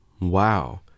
Wow